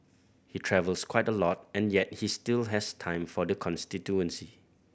he travels quite a lot and yet he still has time for the constituency